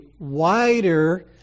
wider